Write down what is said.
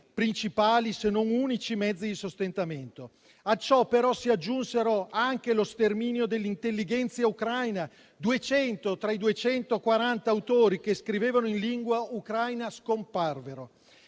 principali, se non unici, mezzi di sostentamento. A ciò però si aggiunsero anche lo sterminio dell'*intellighenzia* ucraina (duecento tra i duecentoquaranta autori che scrivevano in lingua ucraina scomparvero)